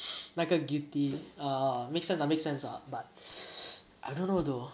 那个 guilty err makes sense ah makes sense ah but I dunno though